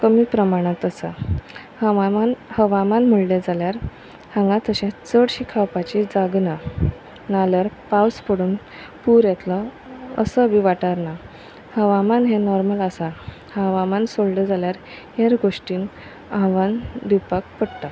कमी प्रमाणांत आसा हवामान हवामान म्हणलें जाल्यार हांगा तशें चडशीं खावपाची जाग ना नाल्यार पावस पडून पूर येतलो असो बी वाठार ना हवामान हें नॉर्मल आसा हवामान सोडलें जाल्यार हेर गोश्टीन आव्हान दिवपाक पडटा